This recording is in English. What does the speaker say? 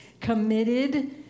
committed